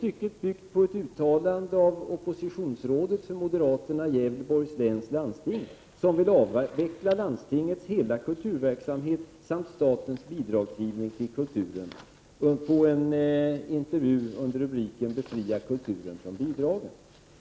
Det är ett uttalande från ett oppositionsråd för moderaterna i Gävleborgs läns landsting som vill avveckla landstingets hela kulturverksamhet samt statens bidragsgivning till kulturen enligt en intervju under rubriken: Befria kulturen från bidragen.